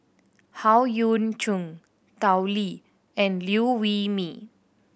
Howe Yoon Chong Tao Li and Liew Wee Mee